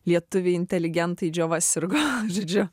lietuviai inteligentai džiova sirgo žodžiu